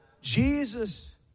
Jesus